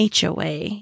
HOA